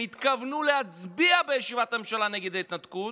התכוונו להצביע בישיבת הממשלה נגד ההתנתקות,